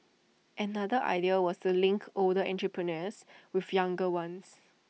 another idea was to link older entrepreneurs with younger ones